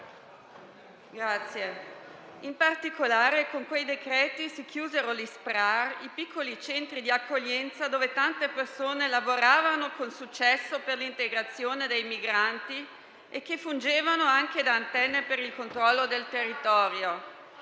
In particolare, con quei decreti-legge si chiusero gli SPRAR, quei piccoli centri di accoglienza dove tante persone lavoravano con successo per l'integrazione dei migranti e che fungevano anche da antenne per il controllo del territorio.